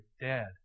dead